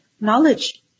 knowledge